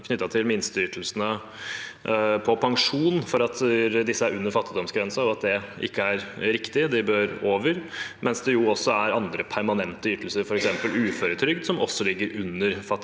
knyttet til minsteytelsene på pensjon for at disse er under fattigdomsgrensen, og at det ikke er riktig, de bør over, men det er jo også andre permanente ytelser, f.eks. uføretrygd, som ligger under fattigdomsgrensen.